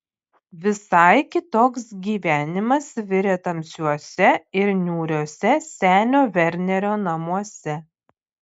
visai kitoks gyvenimas virė tamsiuose ir niūriuose senio vernerio namuose